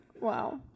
Wow